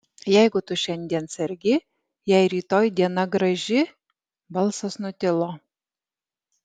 jeigu tu šiandien sergi jei rytoj diena graži balsas nutilo